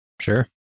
sure